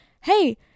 hey